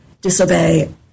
disobey